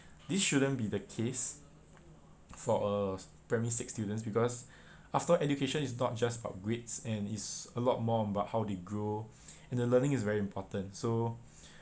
this shouldn't be the case for a primary six student because after all education is not just about grades and is a lot more on about how they grow and the learning is very important so